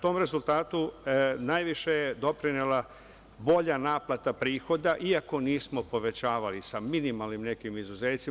Tom rezultatu najviše je doprinela bolja naplata prihoda, iako nismo povećavali, sa minimalnim nekim izuzecima.